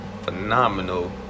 phenomenal